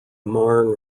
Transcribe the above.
marne